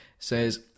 Says